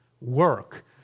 work